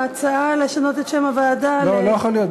ההצעה לשנות את שם הוועדה, לא, לא יכול להיות.